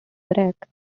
barracks